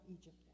Egypt